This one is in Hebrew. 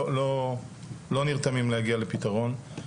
לא נרתמים להגיע לפתרון.